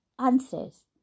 Answers